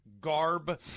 garb